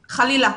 חלילה.